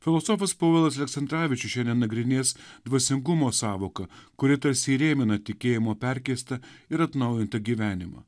filosofas povilas aleksandravičius šiandien nagrinės dvasingumo sąvoką kuri tarsi įrėmina tikėjimo perkeistą ir atnaujintą gyvenimą